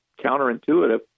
counterintuitive